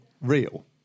real